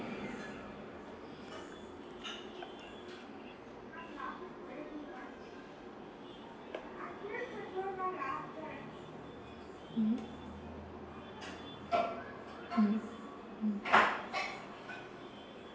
mmhmm mmhmm hmm